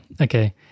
okay